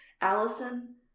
Allison